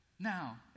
Now